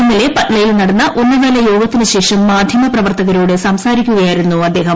ഇന്നലെ പറ്റ്നയിൽ നടന്ന ഉന്നതതല യോഗത്തിനു ശേഷം മാധ്യമപ്രവർത്തകരോട് സംസാരിക്കുകയായിരുന്നു അദ്ദേഹം